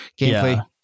gameplay